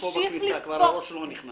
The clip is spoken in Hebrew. הנה כבר המשיח פה בכניסה, כבר הראש שלו נכנס.